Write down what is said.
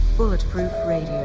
bulletproof radio,